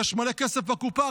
יש מלא כסף בקופה,